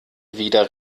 wieder